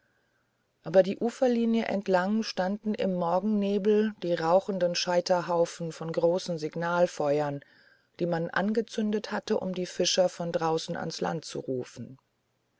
aber der uferlinie entlang standen im morgennebel die rauchenden scheiterhaufen von großen signalfeuern die man angezündet hatte um die fischer von draußen ans land zu rufen